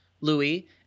Louis